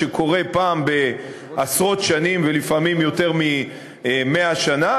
שקורה פעם אחת בעשרות שנים ולפעמים ביותר מ-100 שנה,